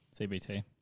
CBT